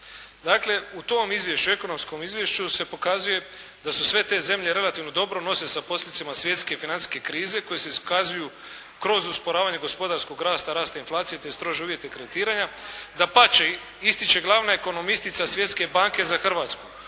Dakle u tom izvješću, ekonomskom izvješću se pokazuje da se sve te zemlje relativno dobro nose sa posljedicama svjetske financijske krize koje se iskazuju kroz osporavanje gospodarskog rasta, rasta inflacije te strože uvjete kreditiranja, dapače ističe glavna ekonomistica Svjetske banke za Hrvatsku.